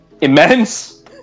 immense